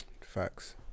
Facts